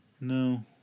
no